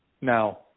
Now